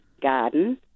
garden